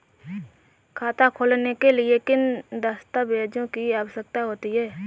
खाता खोलने के लिए किन दस्तावेजों की आवश्यकता होती है?